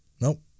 Nope